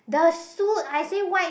the suit I say white